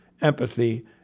empathy